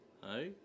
Hi